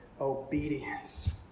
obedience